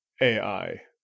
AI